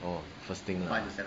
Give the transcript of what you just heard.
orh first thing lah